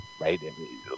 Right